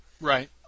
Right